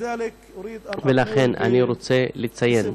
ולכן אני רוצה לציין,